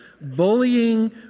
bullying